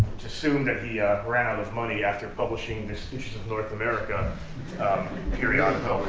it's assumed that he ran out of money after publishing this fishes of north america periodical